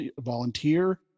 volunteer